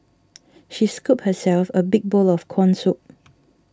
she scooped herself a big bowl of Corn Soup